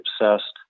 obsessed